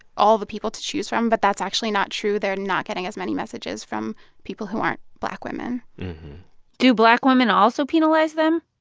all the people to choose from, but that's actually not true. they're not getting as many messages from people who aren't black women do black women also penalize them?